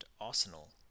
Arsenal